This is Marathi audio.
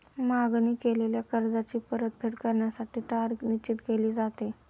मागणी केलेल्या कर्जाची परतफेड करण्यासाठी तारीख निश्चित केली जाते